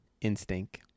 Instinct